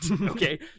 okay